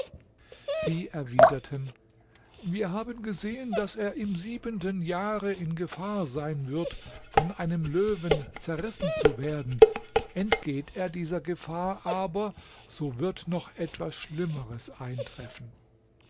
sie erwiderten wir haben gesehen daß er im siebenten jahre in gefahr sein wird von einem löwen zerrissen zu werden entgeht er dieser gefahr aber so wird noch etwas schlimmeres eintreffen